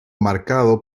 marcado